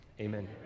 amen